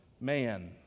man